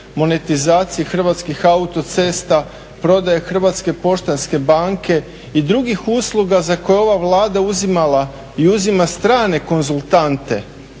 monetizacije Hrvatskih autocesta, prodaje Hrvatske poštanske banke i drugih usluga za koje je Vlada uzimala i uzima strane konzultante